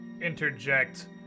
interject